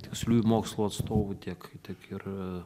tiksliųjų mokslų atstovų tiek tiek ir